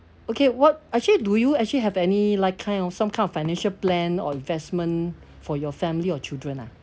okay what actually do you actually have any like kind of some kind of financial plan or investment for your family or children lah